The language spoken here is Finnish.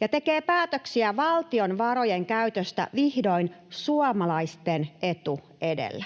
ja tekee päätöksiä valtion varojen käytöstä vihdoin suomalaisten etu edellä.